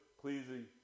pleasing